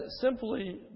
simply